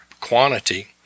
quantity